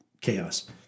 chaos